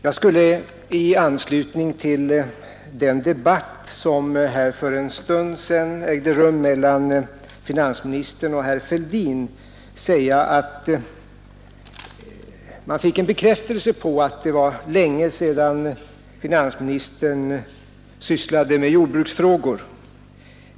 Fru talman! I den debatt som ägde rum för en stund sedan mellan finansministern och herr Fälldin fick man en bekräftelse på att det var länge sedan finansministern sysslade med jordbruksfrågor.